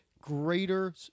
greater